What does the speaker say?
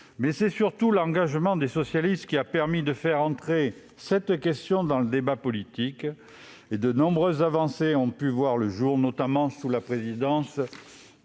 mais c'est surtout l'engagement des socialistes qui a permis de faire entrer cette question dans le débat politique. De nombreuses avancées ont pu voir le jour, notamment sous la présidence